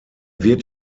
wird